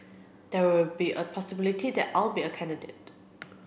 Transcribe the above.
there will be a possibility that I'll be a candidate